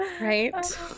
Right